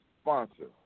sponsor